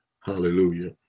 hallelujah